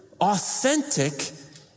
authentic